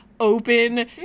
Open